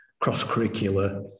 cross-curricular